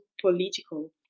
political